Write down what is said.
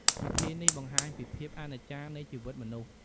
ពិធីនេះបង្ហាញពីភាពអនិច្ចានៃជីវិតមនុស្ស។